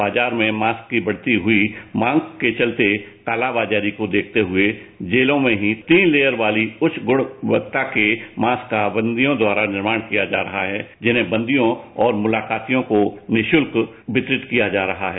बाजार में मास्क की बढ़ती हुई मांग के चलते कालाबाजारी को रोकने के लिए जेलों में ही उ लेयर वाली उच्च गुणक्ता के मास्क का बंदियों द्वारा निर्माण किया जा रहा है जिन्हें बंदियों और मुलाकातियों को निशुल्क वितरित किया जा रहा है